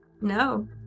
No